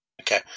Okay